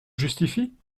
justifie